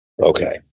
Okay